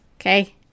okay